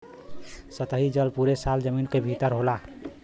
सतही जल पुरे साल जमीन क भितर होला